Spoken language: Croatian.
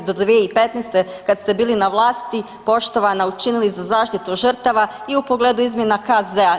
I do 2015. kad ste bili na vlasti poštovana učinili za zaštitu žrtava i u pogledu izmjena KZ-a?